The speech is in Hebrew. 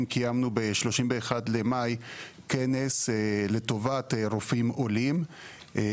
קיימנו ב-31 למאי כנס לטובת רופאים עולים,